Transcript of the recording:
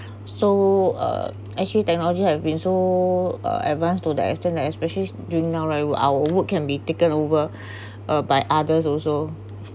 so uh actually technology have been so uh advanced to the extent that especially during now right our work can be taken over by others also